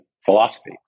philosophy